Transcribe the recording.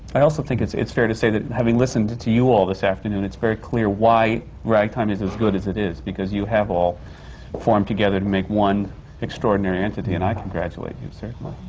i also think it's it's fair to say that having listened to to you all this afternoon, it's very clear why ragtime is as good as it is, because you have all formed together to make one extraordinary entity, and i congratulate you certainly.